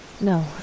No